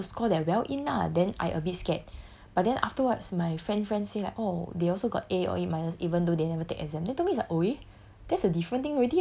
might not be able to score that well in lah then I a bit scared but then afterwards my friend friend say like oh they also got a or a minus even though they haven't take exam they told me is like !oi!